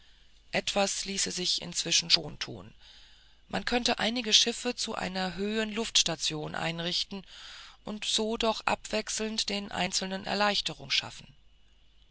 etwas ließe sich inzwischen schon tun man könnte einige schiffe zu einer höhen luftstation einrichten und so doch abwechselnd den einzelnen erleichterung schaffen